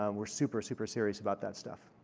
um we're super, super serious about that stuff.